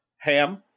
Ham